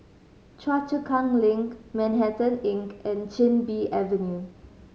Choa Chu Kang Link Manhattan Inn and Chin Bee Avenue